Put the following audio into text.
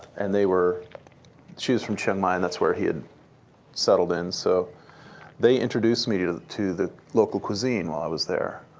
and they were she is from chiang mai, and that's where he had settled in. so they introduced me to to the local cuisine while i was there,